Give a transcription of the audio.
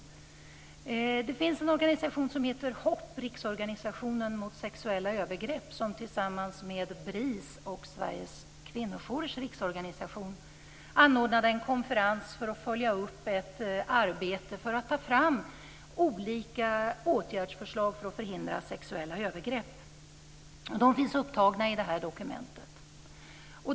Det finns en organisation som heter Hopp, riksorganisationen mot sexuella övergrepp som tillsammans med BRIS och Sveriges kvinnojourers riksorganisation anordnade en konferens för att följa upp ett arbete för att ta fram olika åtgärdsförslag för att förhindra sexuella övergrepp. De finns upptagna i det här dokumentet.